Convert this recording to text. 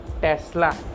tesla